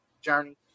journey